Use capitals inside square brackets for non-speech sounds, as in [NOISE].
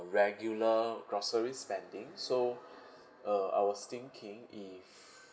regular grocery spending so [BREATH] uh I was thinking if [NOISE]